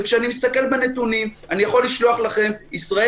וכשאני מסתכל בנתונים אני יכול לשלוח לכם ישראל